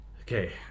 Okay